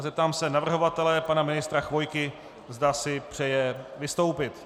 Zeptám se navrhovatele, pana ministra Chvojky, zda si přeje vystoupit.